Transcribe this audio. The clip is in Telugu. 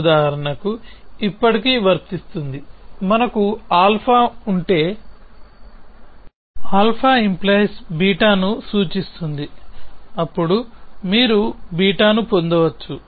ఉదాహరణకు ఇప్పటికీ వర్తిస్తుంది మనకు α ఉంటే α🡪β ను సూచిస్తుంది అప్పుడు మీరు β ను పొందవచ్చు